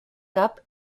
cap